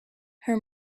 her